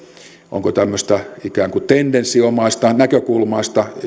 onko tämmöistä ikään kuin tendenssinomaista näkökulmaista